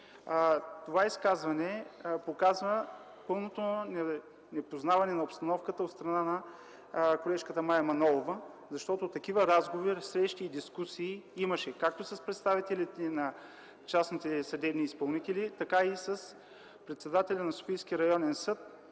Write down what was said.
Това изказване показа пълното непознаване на обстановката от страна на колежката Мая Манолова, защото такива разговори, срещи и дискусии имаше както с представителите на частните съдебни изпълнители, така и с председателя на Софийския районен съд